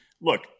Look